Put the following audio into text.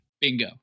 Bingo